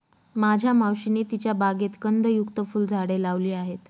माझ्या मावशीने तिच्या बागेत कंदयुक्त फुलझाडे लावली आहेत